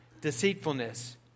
Deceitfulness